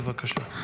בבקשה.